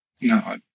No